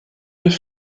deux